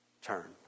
turn